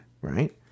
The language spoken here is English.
Right